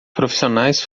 profissionais